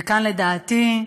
וכאן, לדעתי,